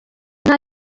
nta